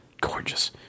gorgeous